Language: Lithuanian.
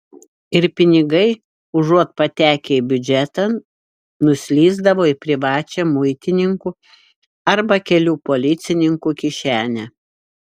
ir pinigai užuot patekę į biudžetą nuslysdavo į privačią muitininkų arba kelių policininkų kišenę